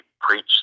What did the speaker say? preach